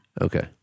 Okay